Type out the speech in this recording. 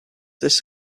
this